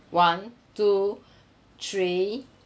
one two three